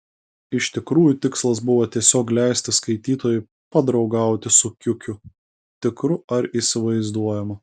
iš tikrųjų tikslas buvo tiesiog leisti skaitytojui padraugauti su kiukiu tikru ar įsivaizduojamu